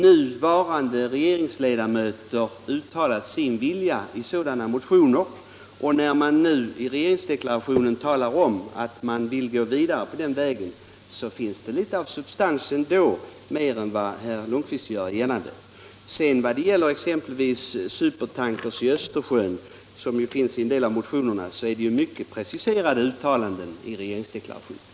Nuvarande regeringsledamöter har i sådana motioner uttalat sin vilja. När man nu i regeringsdeklarationen talar om att man vill gå vidare på den vägen finns det alltså mer substans än herr Lundkvist gör gällande. När det gäller frågan om supertankers i Östersjön, vilken berörs i en del av motionerna, innehåller regeringsdeklarationen mycket preciserade uttalanden.